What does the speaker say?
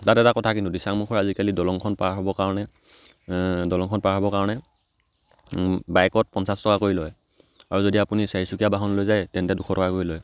তাত এটা কথা কিন্তু দিছাংমুখৰ আজিকালি দলংখন পাৰ হ'বৰ কাৰণে দলংখন পাৰ হ'বৰ কাৰণে বাইকত পঞ্চাছ টকা কৰি লয় আৰু যদি আপুনি চাৰিচকীয়া বাহন লৈ যায় তেন্তে দুশ টকা কৰি লয়